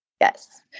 Yes